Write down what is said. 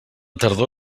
tardor